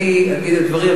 אני אגיד את דברי,